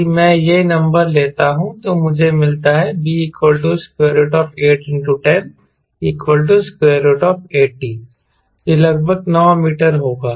यदि मैं ये नंबर लेता हूं तो मुझे वह मिलता है b810 80 यह लगभग 9 मीटर होगा